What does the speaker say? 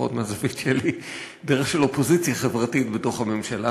שלפחות מהזווית שלי היא דרך אופוזיציה חברתית בתוך הממשלה,